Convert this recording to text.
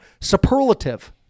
Superlative